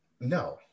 No